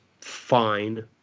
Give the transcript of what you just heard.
fine